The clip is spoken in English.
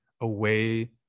away